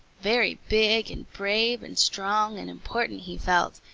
very big and brave and strong and important he felt,